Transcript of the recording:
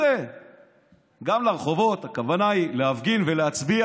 גם הוא יצא לרחובות, הכוונה היא להפגין ולהצביע.